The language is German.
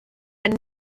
ein